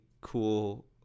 cool